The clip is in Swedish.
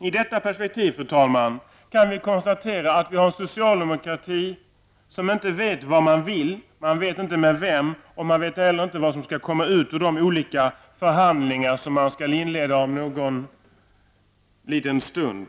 I detta perspektiv, fru talman, kan vi konstatera att vi har en socialdemokrati som inte vet vad man vill -- och med vem. Man vet heller inte vad som skall komma ut ur de olika förhandlingar som man skall inleda om någon liten stund.